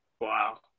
Wow